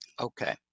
okay